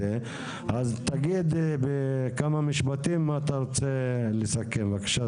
תגיד בכמה משפטים מה אתה רוצה לסכם, בבקשה,